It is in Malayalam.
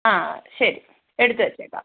ആഹ് ശരി എടുത്ത് വച്ചേക്കാം